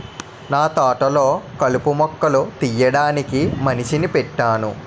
నాతోటలొ కలుపు మొక్కలు తీయడానికి మనిషిని పెట్టేను